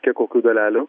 kiek kokių dalelių